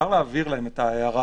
נעביר להם את ההערה